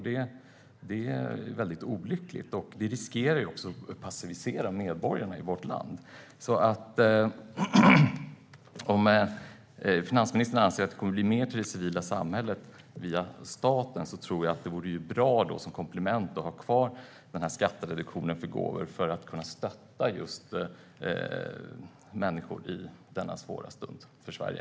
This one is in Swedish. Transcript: Det är väldigt olyckligt, och det riskerar också att passivisera medborgarna i vårt land. Om finansministern anser att det kommer att bli mer pengar till det civila samhället via staten tror jag att det vore bra att som komplement ha kvar skattereduktionen för gåvor för att kunna stötta människor i denna svåra stund för Sverige.